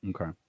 Okay